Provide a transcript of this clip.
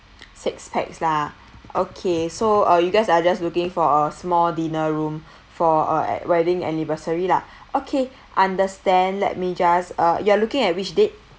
six pax ah okay so uh you guys are just looking for a small dinner room for a wedding anniversary lah okay understand let me just uh you are looking at which date